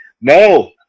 no